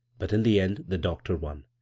but in the end the doctor won.